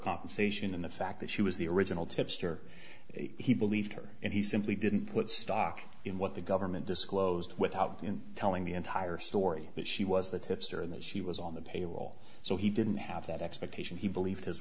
compensation and the fact that she was the original tipster he believed her and he simply didn't put stock in what the government disclosed without in telling the entire story that she was the tipster and that she was on the payroll so he didn't have that expectation he believed his